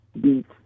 beat